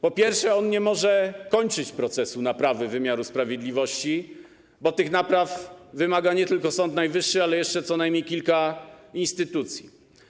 Po pierwsze, on nie może kończyć procesu naprawy wymiaru sprawiedliwości, bo tych napraw wymaga nie tylko Sąd Najwyższy, ale jeszcze co najmniej kilka innych instytucji.